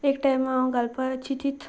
एक टायम हांव घालपा चितीतां